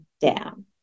down